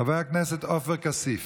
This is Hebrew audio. חבר הכנסת עופר כסיף,